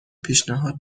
پیشنهاد